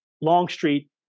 Longstreet